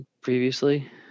previously